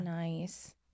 nice